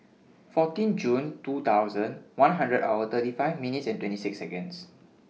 fourteen Jun two thousand one hundred hour thirty five minutes and twenty six Seconds